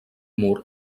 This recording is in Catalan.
mur